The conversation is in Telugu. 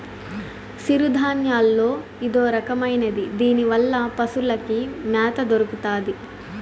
సిరుధాన్యాల్లో ఇదొరకమైనది దీనివల్ల పశులకి మ్యాత దొరుకుతాది